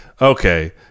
okay